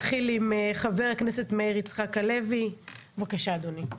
חבר הכנסת מאיר יצחק הלוי, בבקשה אדוני.